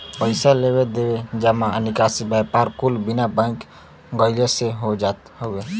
पइसा लेवे देवे, जमा निकासी, व्यापार कुल बिना बैंक गइले से हो जात हौ